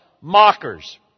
Mockers